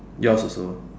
yours also